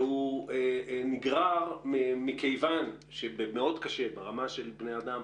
והוא נגרר מכיוון שברמה של בני אדם,